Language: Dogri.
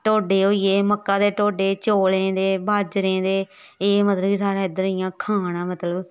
ढोडे होई गे मक्का दे ढोडे चौलें दे बाजरें दे एह् मतलब कि साढ़ा इद्धर इ'यां खाना ऐ मतलब